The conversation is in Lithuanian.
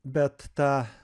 bet tą